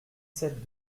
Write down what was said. sept